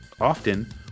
often